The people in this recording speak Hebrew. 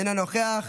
אינו נוכח,